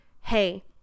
hey